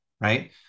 right